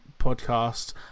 podcast